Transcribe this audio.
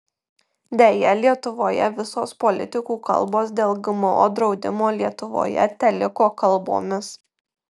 deja lietuvoje visos politikų kalbos dėl gmo draudimo lietuvoje teliko kalbomis